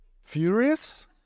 Furious